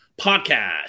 podcast